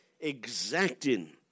exacting